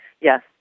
Yes